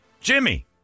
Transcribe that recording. Jimmy